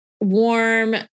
warm